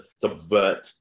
subvert